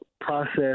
process